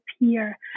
appear